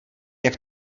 jak